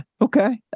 okay